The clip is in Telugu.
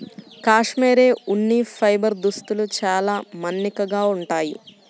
కాష్మెరె ఉన్ని ఫైబర్ దుస్తులు చాలా మన్నికగా ఉంటాయి